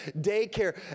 daycare